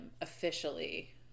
officially